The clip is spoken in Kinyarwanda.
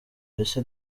mbese